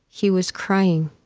he was crying.